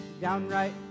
downright